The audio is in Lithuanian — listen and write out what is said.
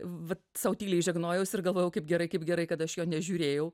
vat sau tyliai žegnojausi ir galvojau kaip gerai kaip gerai kad aš jo nežiūrėjau